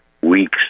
weeks